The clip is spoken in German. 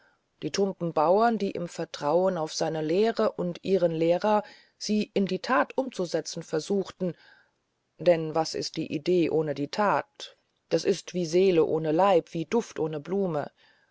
die tumben bauern die im vertrauen auf seine lehre und ihren lehrer sie in die tat umzusetzen versuchten denn was ist die idee ohne die tat das ist wie seele ohne leib wie duft ohne blume